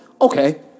okay